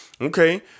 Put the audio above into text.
Okay